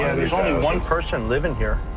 there's only one person living here.